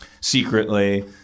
secretly